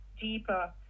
deeper